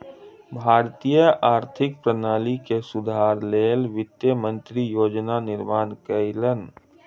भारतीय आर्थिक प्रणाली के सुधारक लेल वित्त मंत्री योजना निर्माण कयलैन